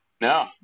no